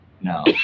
No